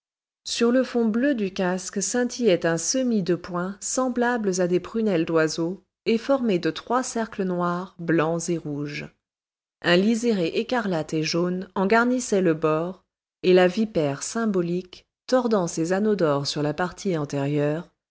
sur le fond bleu du casque scintillait un semis de points semblables à des prunelles d'oiseau et formés de trois cercles noirs blancs et rouges un liséré écarlate et jaune en garnissait le bord et la vipère symbolique tordant ses anneaux d'or sur la partie antérieure